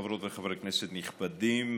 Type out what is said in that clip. חברות וחברי כנסת נכבדים,